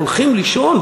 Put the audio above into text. הולכים לישון,